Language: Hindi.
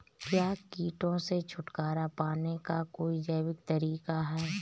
क्या कीटों से छुटकारा पाने का कोई जैविक तरीका है?